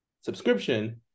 subscription